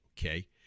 Okay